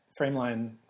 Frameline